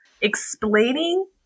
explaining